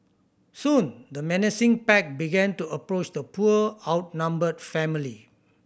soon the menacing pack began to approach the poor outnumbered family